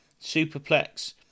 superplex